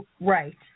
right